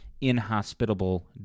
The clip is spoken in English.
inhospitable